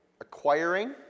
Acquiring